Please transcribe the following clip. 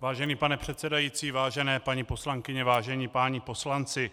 Vážený pane předsedající, vážené paní poslankyně, vážení páni poslanci,